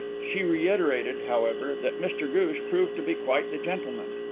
she reiterated, however, that mr ghoosh proved to be quite the gentleman.